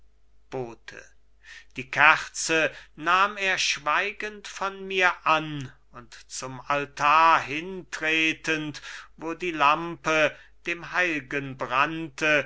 bote die kerze nahm er schweigend von mir an und zum altar hintretend wo die lampe dem heil'gen brannte